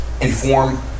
inform